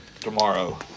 tomorrow